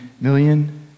million